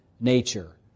nature